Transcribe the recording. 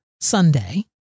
Sunday